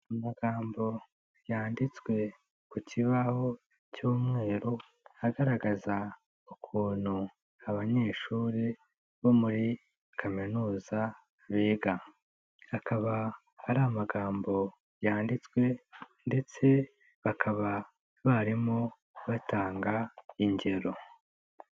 Amagambo yanditswe ku kibaho cy'umweru, agaragaza ukuntu abanyeshuri bo muri kaminuza bigaka. Akaba ari amagambo yanditswe ndetse bakaba barimo batanga ingero.